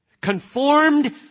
Conformed